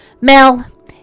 Mel